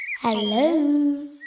Hello